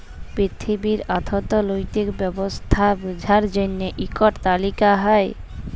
পিথিবীর অথ্থলৈতিক ব্যবস্থা বুঝার জ্যনহে ইকট তালিকা হ্যয়